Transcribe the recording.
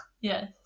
Yes